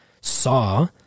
saw